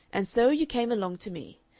and so you came along to me.